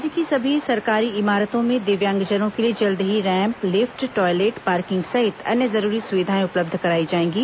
राज्य की सभी सरकारी इमारतों में दिव्यांगजनों के लिए जल्द ही रैम्प लिफ्ट टॉयलेट पार्किंग सहित अन्य जरूरी सुविधाएं उपलब्ध कराई जाएंगी